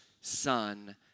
son